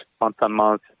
month-on-month